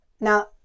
Now